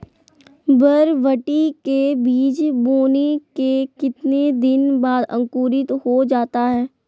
बरबटी के बीज बोने के कितने दिन बाद अंकुरित हो जाता है?